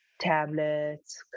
tablets